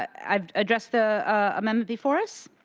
i address the amendment before us.